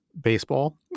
baseball